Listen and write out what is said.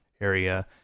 area